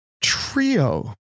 Trio